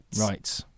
right